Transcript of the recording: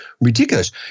ridiculous